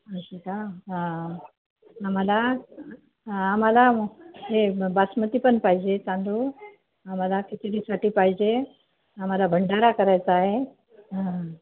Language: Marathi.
असं का हा आम्हाला आम्हाला हे बासमती पण पाहिजे तांदूळ आम्हाला खिचडीसाठी पाहिजे आम्हाला भंडारा करायचा आहे हां